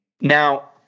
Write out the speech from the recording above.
Now